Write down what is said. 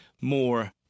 more